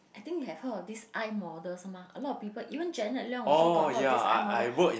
I think you have heard of this iModel 是吗 a lot of people even Janet-Leong also got heard of this iModel